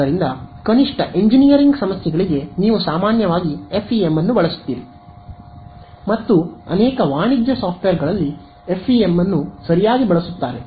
ಆದ್ದರಿಂದ ಕನಿಷ್ಠ ಎಂಜಿನಿಯರಿಂಗ್ ಸಮಸ್ಯೆಗಳಿಗೆ ನೀವು ಸಾಮಾನ್ಯವಾಗಿ FEM ಅನ್ನು ಬಳಸುತ್ತೀರಿ ಮತ್ತು ಅನೇಕ ವಾಣಿಜ್ಯ ಸಾಫ್ಟ್ವೇರ್ ಗಳಲ್ಲಿ FEM ಅನ್ನು ಸರಿಯಾಗಿ ಬಳಸುತ್ತಾರೆ